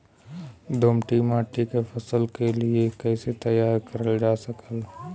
दोमट माटी के फसल के लिए कैसे तैयार करल जा सकेला?